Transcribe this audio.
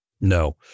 No